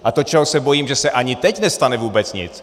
A to čeho se bojím, že se ani teď nestane vůbec nic.